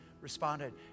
responded